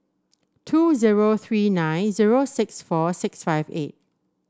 two zero three nine zero six four six five eight